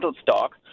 stock